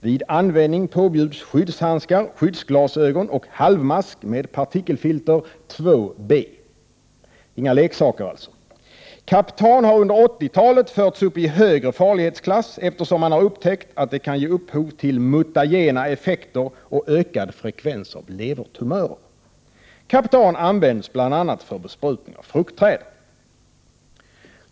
Vid användning påbjuds skyddshandskar, skyddsglasögon och halvmask med partikelfilter IIb — inga leksaker precis. Kaptan har under 80-talet förts upp i högre farlighetsklass, eftersom man har upptäckt att det kan ge mutagena effekter och ökad frekvens av levertumörer. Kaptan används bl.a. för besprutning av fruktträd.